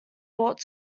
brought